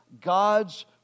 God's